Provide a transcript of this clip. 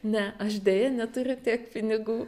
ne aš deja neturiu tiek pinigų